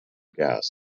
gas